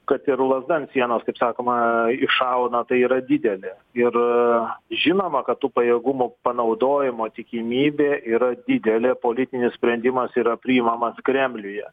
kad ir lazda ant sienos kaip sakoma iššauna tai yra didelė ir žinoma kad tų pajėgumų panaudojimo tikimybė yra didelė politinis sprendimas yra priimamas kremliuje